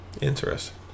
Interesting